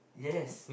yes